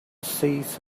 cease